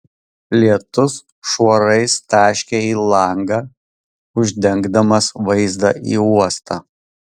lietus šuorais taškė į langą uždengdamas vaizdą į uostą